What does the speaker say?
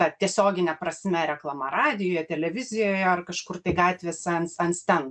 ta tiesiogine prasme reklama radijuje televizijoje ar kažkur tai gatvėse ant ant stendų